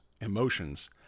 emotions